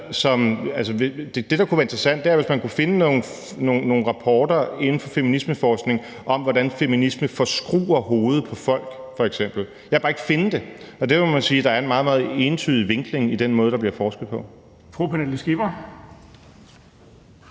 det, der kunne være interessant, var, hvis man kunne finde nogle rapporter inden for feminismeforskning om, hvordan feminisme forskruer hovedet på folk f.eks. Jeg kan bare ikke finde det. Der må man sige, at der er en meget, meget entydig vinkling i den måde, der bliver forsket på.